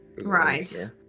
Right